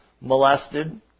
Molested